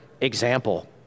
example